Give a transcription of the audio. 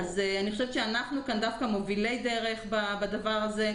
כך שאני חושבת שאנחנו כאן דווקא מובילי דרך בדבר הזה,